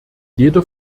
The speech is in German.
jeder